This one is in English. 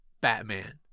Batman